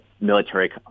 military